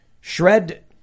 Shred